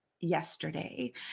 yesterday